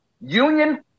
union